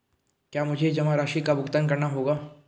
क्या मुझे जमा राशि का भुगतान करना होगा?